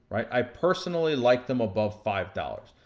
i personally like them above five dollars,